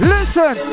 Listen